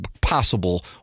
possible